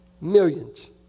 millions